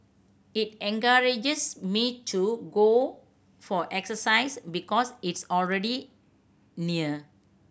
it encourages me to go for exercise because it's already near